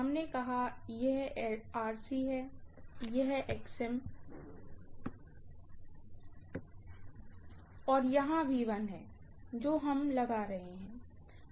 हमने कहा यह है यह है और यहां है जो हम लगा रहे हैं